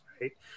right